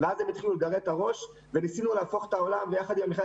ואז הן התחילו לגרד את הראש וניסינו להפוך את העולם ביחד עם המכללה